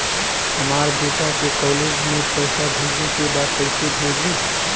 हमर बेटा के कॉलेज में पैसा भेजे के बा कइसे भेजी?